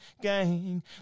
gang